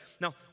Now